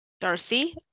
darcy